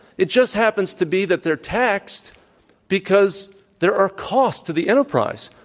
it just happens to be that they're taxed because there are costs to the enterprise.